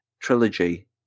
trilogy